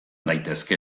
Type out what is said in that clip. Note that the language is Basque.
daitezke